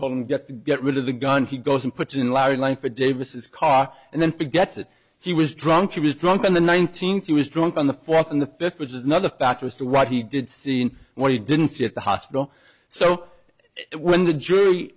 told him get get rid of the gun he goes and puts in larry langford davis car and then forgets that he was drunk he was drunk on the nineteenth he was drunk on the fourth and the fifth which is another factor as to what he did seeing when he didn't see at the hospital so when the jury